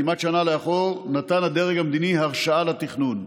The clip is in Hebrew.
כמעט שנה לאחור, נתן הדרג המדיני הרשאה לתכנון.